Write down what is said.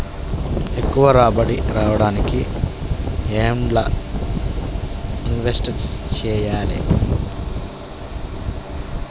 ఎక్కువ రాబడి రావడానికి ఎండ్ల ఇన్వెస్ట్ చేయాలే?